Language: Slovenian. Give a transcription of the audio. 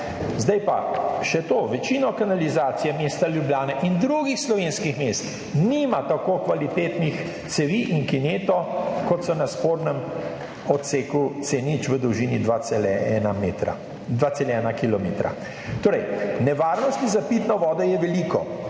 Zdaj pa še to, večino kanalizacije mesta Ljubljane in drugih slovenskih mest nima tako kvalitetnih cevi in kineto kot so na spornem odseku C0 v dolžini 1,1 metra, 2,1 kilometra. Torej nevarnosti za pitno vodo je veliko,